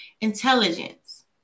intelligence